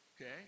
Okay